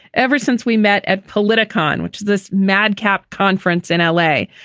ever since we met at politico on which this madcap conference in l a,